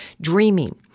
dreaming